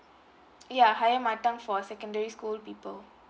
ya higher mother tongue for secondary school pupil